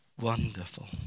Wonderful